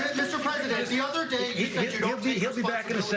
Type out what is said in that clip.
mr. president, the other day day he'll be back in a